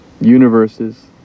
universes